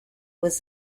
was